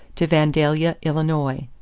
to vandalia, illinois.